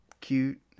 cute